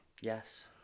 Yes